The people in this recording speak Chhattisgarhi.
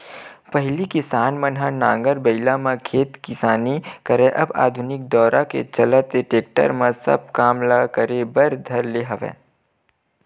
पहिली किसान मन ह नांगर बइला म खेत किसानी करय अब आधुनिक दौरा के चलत टेक्टरे म सब काम ल करे बर धर ले हवय